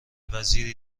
وزیری